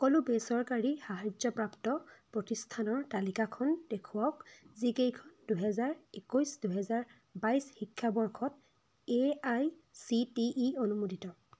সকলো বেচৰকাৰী সাহায্যপ্ৰাপ্ত প্ৰতিষ্ঠানৰ তালিকাখন দেখুৱাওক যিকেইখন দুহেজাৰ একৈছ দুহেজাৰ বাইছ শিক্ষাবৰ্ষত A I C T E অনুমোদিত